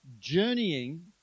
journeying